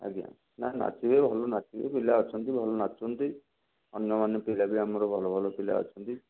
ଆଜ୍ଞା ନା ନାଚିବେ ଭଲ ନାଚିବେ ପିଲା ଅଛନ୍ତି ଭଲ ନାଚୁଛନ୍ତି ଅନ୍ୟମାନେ ପିଲା ବି ଆମର ଭଲ ଭଲ ପିଲା ଅଛନ୍ତି